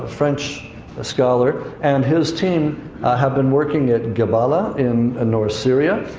ah french scholar, and his team have been working at gabala in north syria,